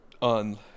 on